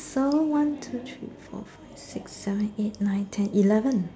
so one two three four five six seven eight nine ten eleven